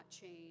change